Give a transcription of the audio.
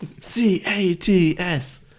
C-A-T-S